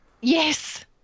Yes